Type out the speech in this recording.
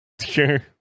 sure